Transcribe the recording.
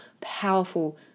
powerful